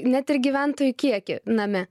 net ir net ir gyventojų kiekį name